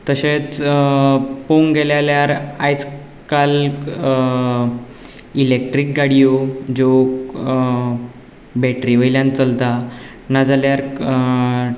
तशेंच पळोवंक गेले जाल्यार आयज काल इलेक्ट्रीक गाडयो ज्यो बॅटरी वयल्यान चलता नाजाल्यार